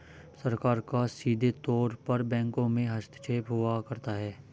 सरकार का सीधे तौर पर बैंकों में हस्तक्षेप हुआ करता है